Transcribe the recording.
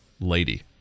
lady